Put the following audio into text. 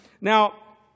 Now